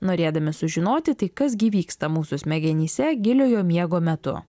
norėdami sužinoti tai kas gi vyksta mūsų smegenyse giliojo miego metu